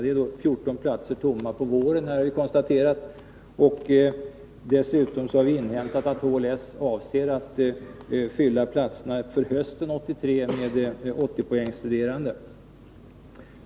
Vi har konstaterat att det finns 14 tomma platser under våren och att LHS avser att fylla platserna för hösten 1983 med 80-poängsstuderande.